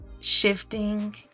shifting